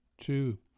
Two